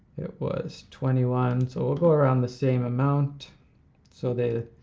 it was twenty one, so we'll go around the same amount so they